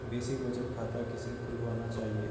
Basic बचत खाता किसे खुलवाना चाहिए?